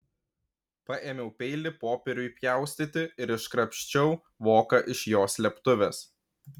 paėmiau peilį popieriui pjaustyti ir iškrapščiau voką iš jo slėptuvės